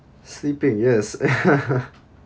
sleeping yes